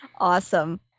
Awesome